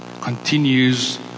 continues